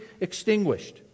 extinguished